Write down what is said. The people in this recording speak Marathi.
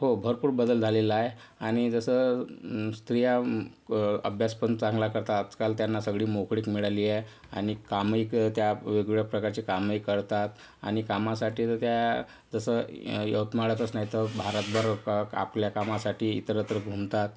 हो भरपूर बदल झालेला आहे आणि जसं स्त्रिया अभ्यास पण चांगला करतात आजकाल त्यांना सगळी मोकळीक मिळाली आहे आणि कामे तर त्या वेगवेगळ्या प्रकारचे कामही करतात आणि कामासाठी तर त्या जसा यवतमाळातच नाही तर भारतभर आपल्या कामासाठी इतरत्र घुमतात